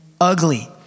ugly